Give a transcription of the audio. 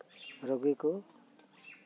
ᱨᱩᱜᱤ ᱠᱚ